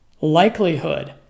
likelihood